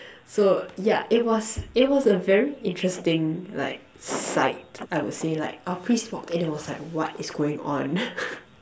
so yeah it was it was a very interesting like sight I would say like our priest walked in and was like what is going on